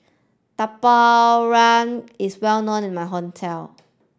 Tapak is well known in my hometown